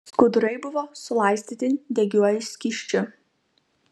skudurai buvo sulaistyti degiuoju skysčiu